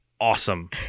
awesome